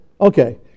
okay